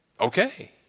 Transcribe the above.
Okay